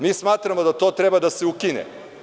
Mi smatramo da to treba da se ukine.